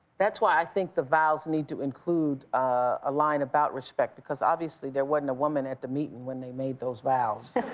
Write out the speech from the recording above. that's why i think the vows need to include a line about respect because, obviously, there wasn't a woman at the meeting when they made those vows.